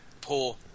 poor